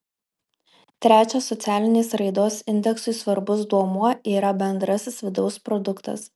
trečias socialinės raidos indeksui svarbus duomuo yra bendrasis vidaus produktas